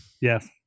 Yes